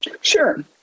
Sure